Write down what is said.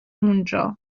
اونجا